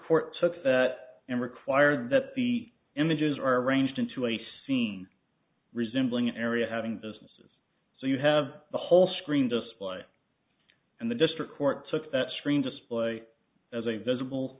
court took that and required that the images are arranged into a scene resembling an area having businesses so you have the whole screen display and the district court took that screen display as a visible